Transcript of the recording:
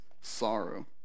sorrow